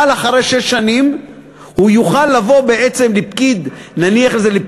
אבל אחרי שש שנים הוא יוכל לבוא לפקיד המקרקעין,